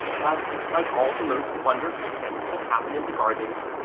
but, like all the most wonderful things that happen in the gardens,